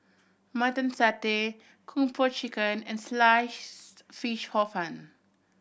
Mutton Satay Kung Po Chicken and Sliced Fish Hor Fun